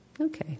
Okay